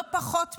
לא פחות מזה.